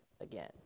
again